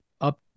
up